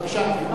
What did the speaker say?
בבקשה, גברתי.